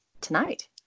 tonight